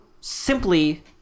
simply